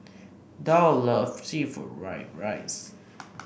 Dow loves seafood Fried Rice